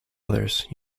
others